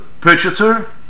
purchaser